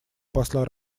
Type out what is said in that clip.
посла